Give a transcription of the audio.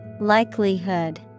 Likelihood